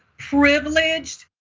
privileged,